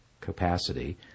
capacity